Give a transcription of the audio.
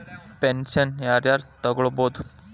Pension ಯಾರ್ ಯಾರ್ ತೊಗೋಬೋದು?